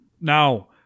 Now